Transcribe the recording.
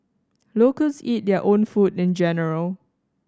locals eat their own food in general